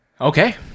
Okay